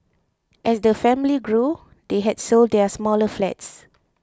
as the family grew they had sold their smaller flats